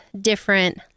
different